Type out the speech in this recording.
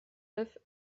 neuf